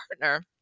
partner